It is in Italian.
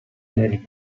nel